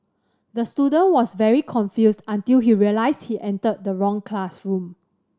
the student was very confused until he realised he entered the wrong classroom